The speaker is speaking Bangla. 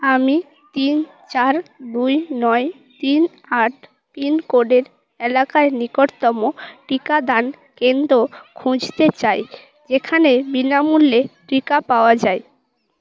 আমি তিন চার দুই নয় তিন আট পিনকোডের এলাকায় নিকটতম টিকাদান কেন্দ্র খুঁজতে চাই যেখানে বিনামূল্যে টিকা পাওয়া যায়